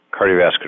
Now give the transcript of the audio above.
cardiovascular